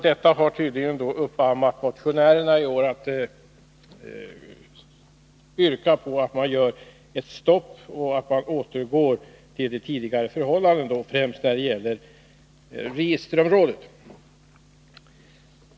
Detta har tydligen inspirerat motionärerna att i år yrka på ett stopp för genomförandet av reformen och en återgång till tidigare förhållanden, främst när det gäller registerområdet.